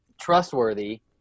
trustworthy